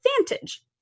advantage